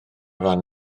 fan